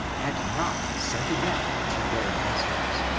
and not sent again to their masters.